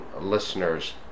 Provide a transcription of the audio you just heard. listeners